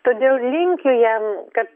todėl linkiu jam kad